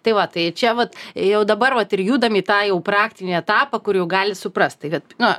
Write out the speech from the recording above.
tai va tai čia vat jau dabar vat ir judam į tą jau praktinį etapą kur jau gali suprast tai vat na